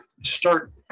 start